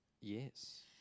Yes